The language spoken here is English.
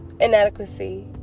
inadequacy